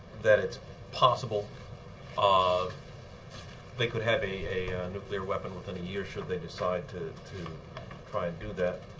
that it's possible um they could have a a and nuclear weapon within a year should they decide to to try and do that.